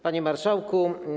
Panie Marszałku!